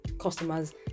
customers